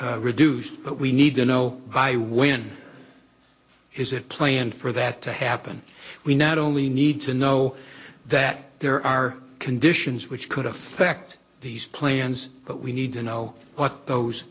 be reduced but we need to know by when is it planned for that to happen we not only need to know that there are conditions which could affect these plans but we need to know what those